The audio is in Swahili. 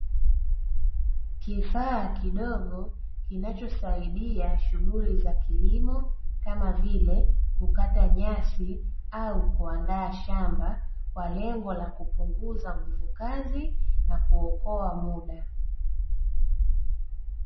Kifaa kidogo kinachosaidia shughuli za kilimo kama vile kukata nyasi au kuandaa shamba, kwa lengo la kupunguza nguvu kazi na kuokoa muda.